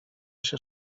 się